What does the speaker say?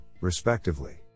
respectively